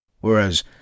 Whereas